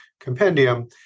compendium